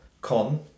con